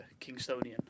Kingstonian